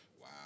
Wow